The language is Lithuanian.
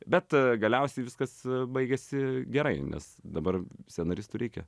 bet galiausiai viskas baigėsi gerai nes dabar scenaristų reikia